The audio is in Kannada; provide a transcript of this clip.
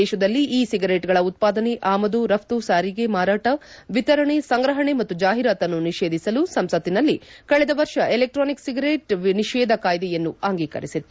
ದೇಶದಲ್ಲಿ ಇ ಸಿಗರೇಟ್ಗಳ ಉತ್ಪಾದನೆ ಆಮದು ರಫ್ತು ಸಾರಿಗೆ ಮಾರಾಟ ವಿತರಣೆ ಸಂಗ್ರಹಣೆ ಮತ್ತು ಜಾಹೀರಾತನ್ನು ನಿಷೇಧಿಸಲು ಸಂಸತ್ತಿನಲ್ಲಿ ಕಳೆದ ವರ್ಷ ಎಲೆಕ್ಟಾನಿಕ್ಸ್ ಸಿಗರೇಟ್ ನಿಷೇಧ ಕಾಯ್ದೆಯನ್ನು ಅಂಗೀಕರಿಸಿತ್ತು